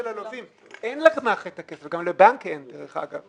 את הכסף וגם לבנק אין.